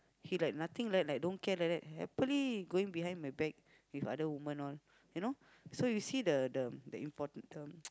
he like nothing like that like don't care like that happily going behind my back with other women all you know so you see the the the important